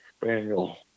spaniel